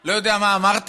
לא יודע מה אמרת,